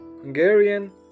Hungarian